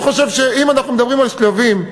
אם אנחנו מדברים על שלבים,